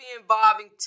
involving